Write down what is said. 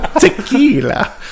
Tequila